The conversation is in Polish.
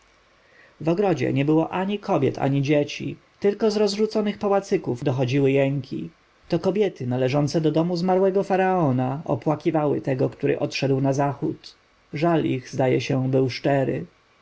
w ogrodzie nie było ani kobiet ani dzieci tylko z rozrzuconych pałacyków dochodziły jęki to kobiety należące do domu zmarłego faraona opłakiwały tego który odszedł na zachód żal ich zdaje się był szczery